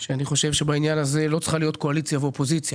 חושב שבעניין הזה לא צריכה להיות קואליציה ואופוזיציה.